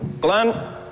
Glenn